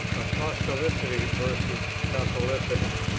apostolicity versus catholicity.